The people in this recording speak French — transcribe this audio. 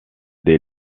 des